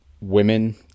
women